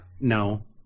No